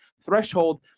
threshold